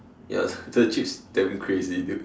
ya the chips damn crazy dude